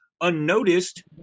unnoticed